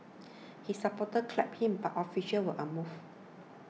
his supporters clapped him but officials were unmoved